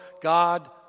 God